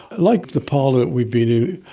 like the parlour we've been in,